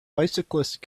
bicyclist